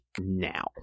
now